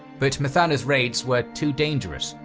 but muthanna's raids were too dangerous,